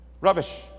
rubbish